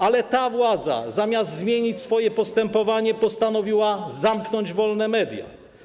Ale ta władza, zamiast zmienić swoje postępowanie, postanowiła zamknąć wolne media.